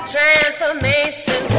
Transformation